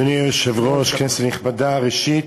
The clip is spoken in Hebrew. אדוני היושב-ראש, כנסת נכבדה, ראשית,